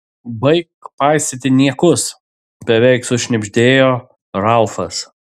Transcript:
baik paistyti niekus beveik sušnibždėjo ralfas